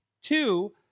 Two